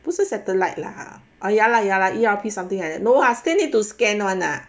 不是 satellite lah ah ya lah ya lah E_R_P something like that no lah still need to scan [one] lah